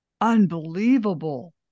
Unbelievable